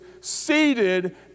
seated